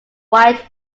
white